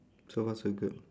so far so good